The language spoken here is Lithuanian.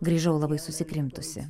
grįžau labai susikrimtusi